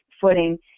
footing